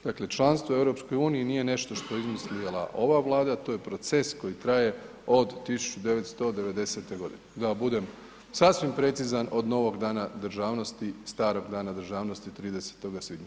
Dakle, članstvo u EU nije nešto što je izmislila ova Vlada, to je proces koji traje od 1990. g. Da budem sasvim precizan, od novog Dana državnosti, starog Dana državnosti, 30. svibnja.